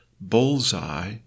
bullseye